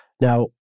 Now